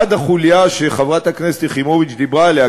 עד החוליה שחברת הכנסת יחימוביץ דיברה עליה,